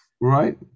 right